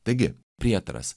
taigi prietaras